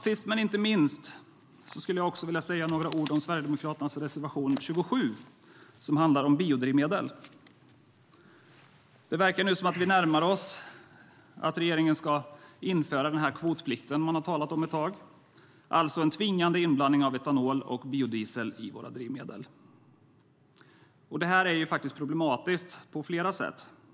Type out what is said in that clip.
Sist men inte minst skulle jag vilja säga några ord om Sverigedemokraternas reservation 27 som handlar om biodrivmedel. Det verkar nu som att vi närmar oss att regeringen ska införa den kvotplikt man har talat om ett tag, det vill säga en tvingande inblandning av etanol och biodiesel i våra drivmedel. Det är problematiskt på flera sätt.